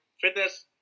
fitness